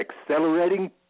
accelerating